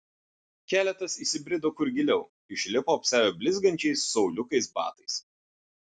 keletas įsibrido kur giliau išlipo apsiavę blizgančiais su auliukais batais